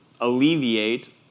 alleviate